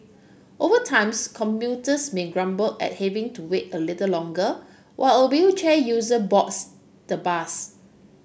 over times commuters may grumble at having to wait a little longer while a wheelchair user boards the bus